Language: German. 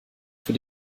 für